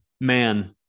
Man